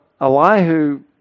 Elihu